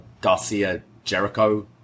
Garcia-Jericho